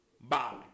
Bye